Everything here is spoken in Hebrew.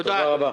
תודה רבה.